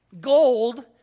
Gold